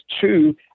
two